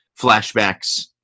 flashbacks